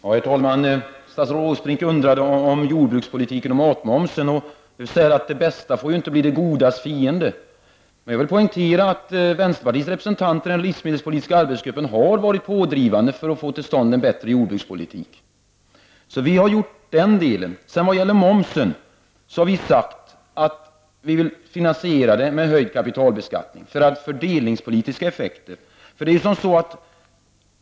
Herr talman! Statsrådet Åsbrink undrade över jordbrukspolitiken och matmomsen. Jag vill säga att det bästa inte får bli det godas fiender. Jag poängterar att vänsterpartiets representanter i den livsmedelspolitiska arbetsgruppen har varit pådrivande för att få till stånd en bättre jordbrukspolitik. Beträffande momsen har vi sagt att vi vill göra finansieringen med höjd kapitalbeskattning med anledning av den fördelningspolitiska effekten.